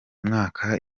mwaka